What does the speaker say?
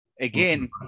Again